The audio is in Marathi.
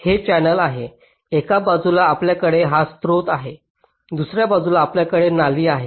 हे चॅनेल आहे एका बाजूला आपल्याकडे हा स्रोत आहे दुसर्या बाजूला आपल्याकडे नाली आहे